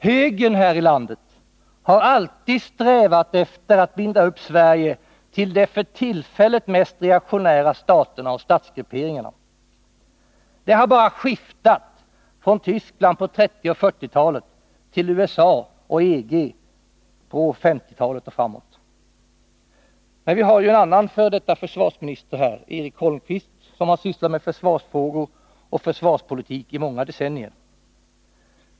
Högern här i landet har alltid strävat efter att binda upp Sverige till de för tillfället mest reaktionära staterna och statsgrupperingarna. Det har bara skiftat från Tyskland på 1930 och 1940-talet till USA och EG från 1950-talet och framåt. Men vi har ju en annan f. d. försvarsminister här, Eric Holmqvist, som sysslat med försvarsfrågor och försvarspolitik i många decennier.